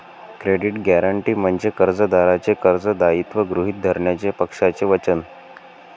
credit guarantee म्हणजे कर्जदाराचे कर्ज दायित्व गृहीत धरण्याचे पक्षाचे वचन